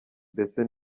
ndetse